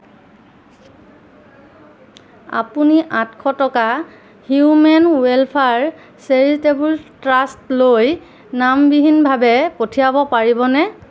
আপুনি আঠশ টকা হিউমেন ৱেলফেয়াৰ চেৰিটেবল ট্ৰাষ্টলৈ নামবিহীনভাৱে পঠিয়াব পাৰিবনে